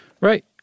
Right